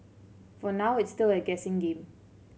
for now it's still a guessing game